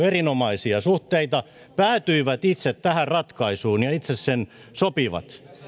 erinomaisia suhteita päätyivät itse tähän ratkaisuun ja itse sen sopivat